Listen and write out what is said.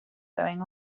going